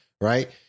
right